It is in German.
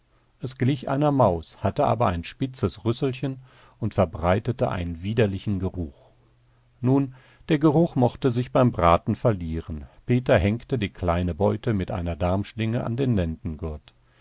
es glich einer maus hatte aber ein spitzes rüsselchen und verbreitete einen widerlichen geruch nun der geruch mochte sich beim braten verlieren peter hängte die kleine beute mit einer darmschlinge an den